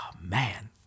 man